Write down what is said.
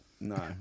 no